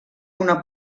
una